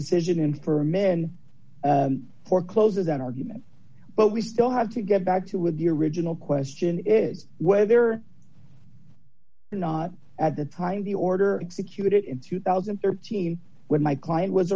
decision in for men for closer than argument but we still have to get back to with the original question is whether or not at the time the order secured in two thousand and thirteen when my client was